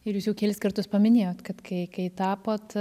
ir jūs jau kelis kartus paminėjot kad kai kai tapot